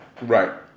right